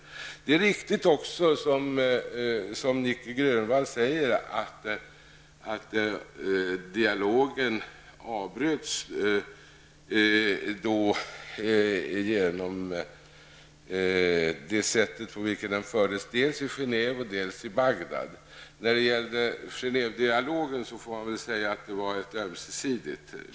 Vidare är det riktigt, som Nic Grönvall sade, att dialogen avbröts till följd av det sätt på vilket den fördes dels i Genève, dels i Bagdad. När det gäller Genèvedialogen får man väl säga att det var ömsesidigt.